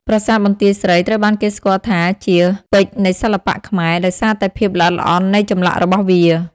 ប្រាសាទបន្ទាយស្រី ត្រូវបានគេស្គាល់ថាជា ពេជ្រនៃសិល្បៈខ្មែរ ដោយសារតែភាពល្អិតល្អន់នៃចម្លាក់របស់វា។